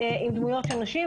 עם דמויות של נשים.